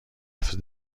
هفته